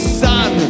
sun